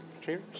Cheers